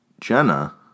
Jenna